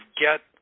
get